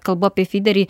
kalbu apie fiderį